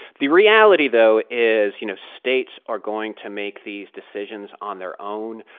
the reality, though, is, you know, states are going to make these decisions on their own.